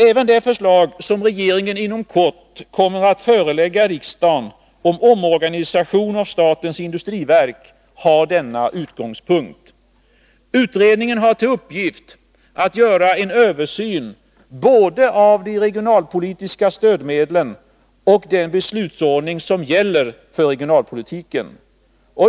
Även det förslag som regeringen inom kort kommer att förelägga riksdagen om omorganisation av statens industriverk har denna utgångspunkt. Utredningen har till uppgift att göra en översyn både av de regionalpolitiska stödmedlen och av den beslutsordning som gäller för regionalpolitiken.